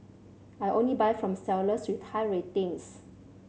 I only buy from sellers with high ratings